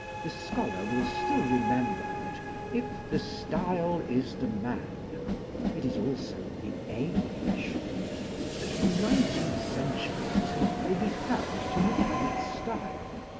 the scholar will still remember that if the style is the man it is also the age that the nineteenth century too will be found to have had its style,